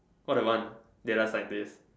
what I want data scientist